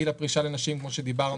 גיל הפרישה לנשים כמו שדיברנו,